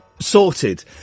sorted